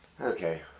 Okay